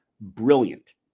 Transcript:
brilliant